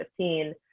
2015